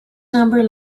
number